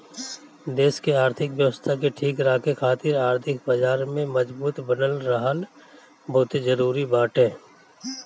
देस के आर्थिक व्यवस्था के ठीक राखे खातिर आर्थिक बाजार के मजबूत बनल रहल बहुते जरुरी बाटे